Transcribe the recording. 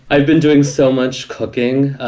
i've been doing so much cooking.